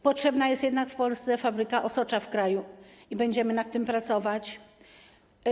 Potrzebna jest jednak w Polsce fabryka osocza i będziemy nad tym pracować.